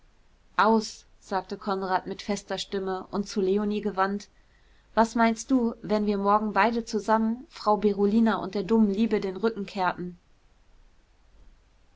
aus sagte konrad mit fester stimme und zu leonie gewandt was meinst du wenn wir morgen beide zusammen frau berolina und der dummen liebe den rücken kehrten